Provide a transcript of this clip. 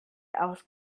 aus